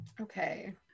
Okay